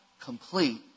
complete